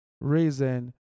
reason